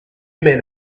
men